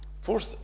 fourth